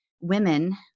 women